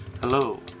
Hello